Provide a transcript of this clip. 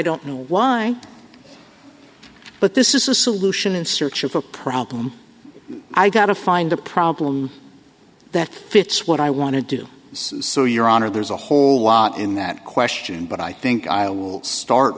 don't know why but this is a solution in search of a problem i got to find a problem that fits what i want to do so your honor there's a whole lot in that question but i think i'll start